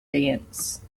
dance